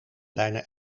bijna